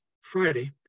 Friday